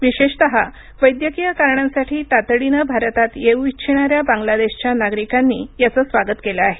विशेषतः वैद्यकीय कारणांसाठी तातडीनं भारतात येऊ इच्छिणाऱ्या बांगलादेशच्या नागरिकांनी याचं स्वागत केलं आहे